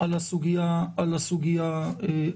על הסוגיה הזו